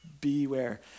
beware